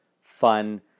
fun